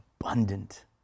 abundant